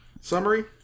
Summary